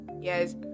Yes